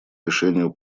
решению